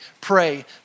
pray